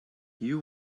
you